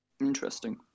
Interesting